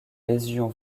lésion